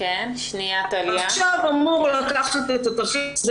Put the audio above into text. עכשיו גוף אמור לקחת את התרחיש.